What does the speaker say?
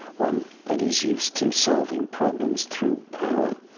one that is used to solving problems through power,